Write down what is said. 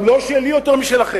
גם לא שלי יותר משלכם.